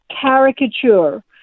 caricature